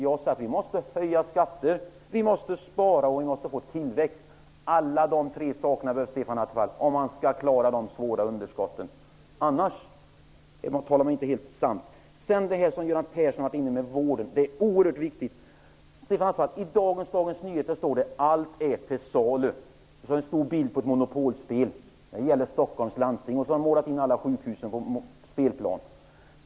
Jag säger att vi måste höja skatterna, spara och få tillväxt. Alla dessa tre saker behövs, Stefan Attefall, om man skall klara de svåra underskotten. Säger man något annat talar man inte sanning. Göran Persson har varit inne på frågan om vården. Det är oerhört viktigt. Stefan Attefall! I Dagens Nyheter från i dag står det: ''Allt är till salu''. Artikeln handlar om Stockholms landsting. Där finns en stor bild på ett monopolspel, och alla sjukhus finns med på spelplanen.